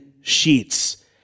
sheets